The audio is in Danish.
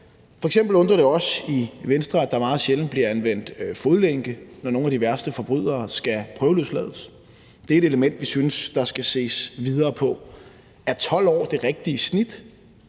F.eks. undrer det os i Venstre, at der meget sjældent bliver anvendt fodlænke, når nogle af de værste forbrydere skal prøveløslades. Det er et element, vi synes der skal ses videre på. Er 12 år det rigtige snit?